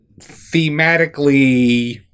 thematically